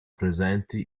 presenti